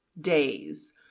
days